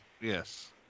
Yes